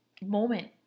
moment